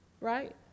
right